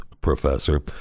professor